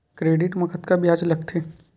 Credit मा कतका ब्याज लगथे?